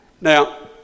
Now